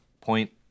Point